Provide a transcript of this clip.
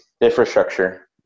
infrastructure